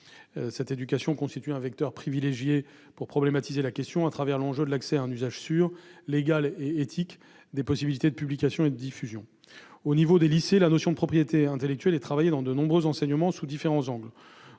Cette éducation constitue un vecteur privilégié pour problématiser la question, au travers de l'enjeu de l'accès à un usage sûr, légal et éthique des possibilités de publication et de diffusion. Au lycée, la notion de propriété intellectuelle est abordée dans de nombreux enseignements et sous différents angles.